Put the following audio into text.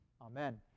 Amen